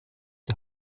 die